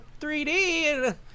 3d